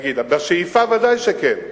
בשאיפה ודאי שכן,